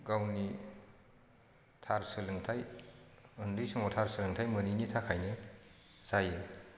गावनि थार सोलोंथाय उन्दै समाव थार सोलोंथाय मोनैनि थाखायनो जायो